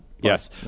Yes